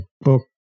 book